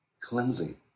Cleansing